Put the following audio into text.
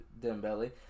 Dembele